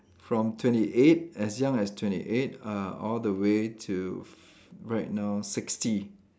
from twenty eight as young as twenty eight uh all the way to f~ right now sixty